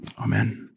Amen